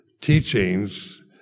teachings